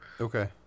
Okay